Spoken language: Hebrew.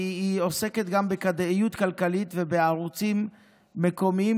כי היא עוסקת גם בכדאיות כלכלית ובערוצים מקומיים,